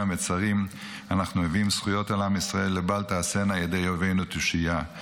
המצרים אנחנו מביאים זכויות על עם ישראל לבל תעשינה ידי אויבינו תושייה.